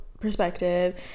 perspective